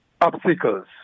obstacles